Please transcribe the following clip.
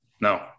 No